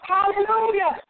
Hallelujah